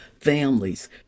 families